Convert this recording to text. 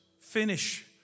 finish